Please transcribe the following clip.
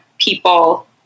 people